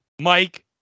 Mike